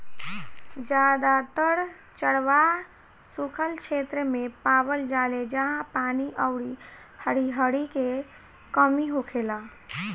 जादातर चरवाह सुखल क्षेत्र मे पावल जाले जाहा पानी अउरी हरिहरी के कमी होखेला